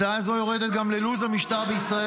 הצעה זו יורדת גם ללו"ז המשטר בישראל